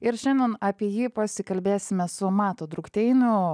ir šiandien apie jį pasikalbėsime su matu drukteiniu